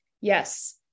Yes